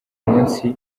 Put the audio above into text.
munsi